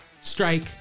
Strike